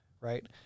right